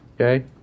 Okay